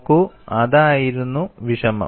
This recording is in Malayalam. നോക്കൂ അതായിരുന്നു വിഷമം